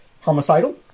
homicidal